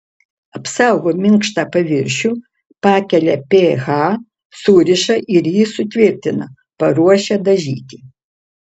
apsaugo minkštą paviršių pakelia ph suriša ir jį sutvirtina paruošia dažyti